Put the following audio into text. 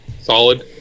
Solid